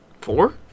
Four